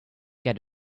get